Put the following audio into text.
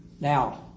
now